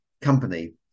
company